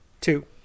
Two